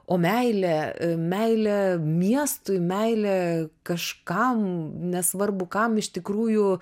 o meilė meilė miestui meilė kažkam nesvarbu kam iš tikrųjų